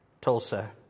Tulsa